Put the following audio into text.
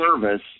service